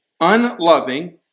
unloving